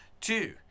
Two